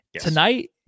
Tonight